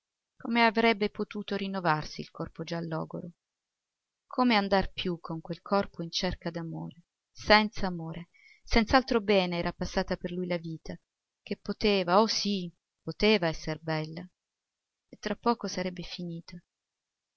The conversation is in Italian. come avrebbe potuto rinnovarsi il corpo già logoro come andar più con quel corpo in cerca d'amore senza amore senz'altro bene era passata per lui la vita che poteva oh sì poteva esser bella e tra poco sarebbe finita